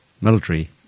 military